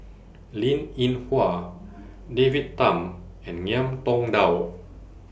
Linn in Hua David Tham and Ngiam Tong Dow